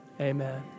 amen